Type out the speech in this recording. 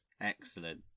Excellent